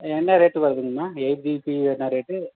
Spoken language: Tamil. என்ன ரேட்டு வருதுங்கம்மா எயிட் ஜிபி என்ன ரேட்டு